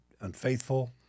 unfaithful